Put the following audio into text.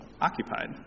occupied